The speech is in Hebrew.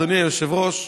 אדוני היושב-ראש,